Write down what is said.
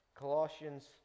Colossians